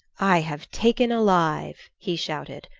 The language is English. i have taken alive, he shouted,